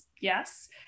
Yes